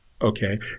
Okay